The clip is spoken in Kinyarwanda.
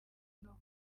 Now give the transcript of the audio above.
nuko